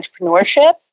entrepreneurship